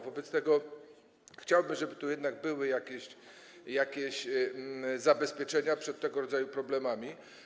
Wobec tego chciałbym, żeby tu jednak były jakieś zabezpieczenia przed tego rodzaju problemami.